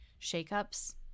shakeups